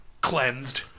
Cleansed